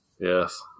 Yes